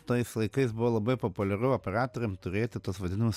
tais laikais buvo labai populiaru operatoriam turėti tuos vadinamus